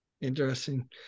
interesting